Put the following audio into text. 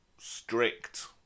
strict